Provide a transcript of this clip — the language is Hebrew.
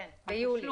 כן, ביולי.